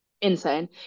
insane